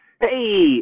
Hey